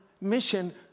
mission